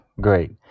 great